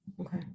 okay